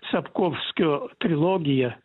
sapkovskio trilogija